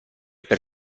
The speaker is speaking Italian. per